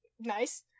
Nice